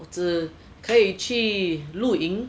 只可以去露营